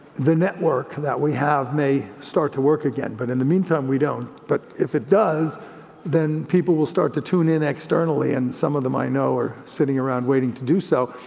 the network that we have may start to work again, but in the meantime we don't, but if it does then people will start to tune in externally, and some of them i know are sitting around waiting to do so,